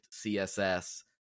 CSS